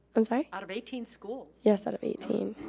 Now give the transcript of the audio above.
i'm sorry? out of eighteen schools. yes, out of eighteen.